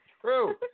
true